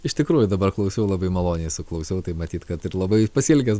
iš tikrųjų dabar klausiau labai maloniai klausiau tai matyt kad ir labai pasiilgęs